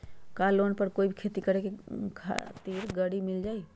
का लोन पर कोई भी खेती करें खातिर गरी मिल जाइ?